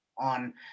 on